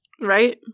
right